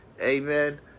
amen